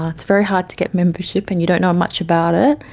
ah it's very hard to get membership, and you don't know much about it,